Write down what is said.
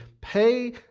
pay